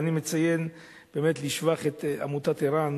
אני מציין לשבח את עמותת ער"ן,